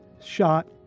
shot